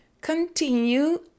continue